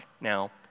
Now